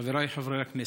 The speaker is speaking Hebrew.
חבריי חברי הכנסת,